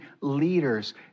leaders